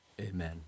Amen